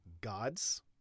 gods